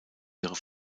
ihren